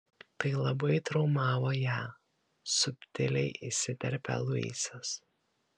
tai labai traumavo ją subtiliai įsiterpia luisas